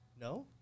No